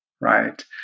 right